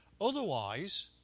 otherwise